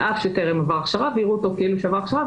על אף שטרם עבר הכשרה ויראו אותו כאילו שעבר הכשרה,